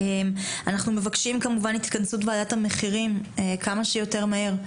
אנחנו מבקשים כמובן התכנסות ועדת המחירים כמה שיותר מהר.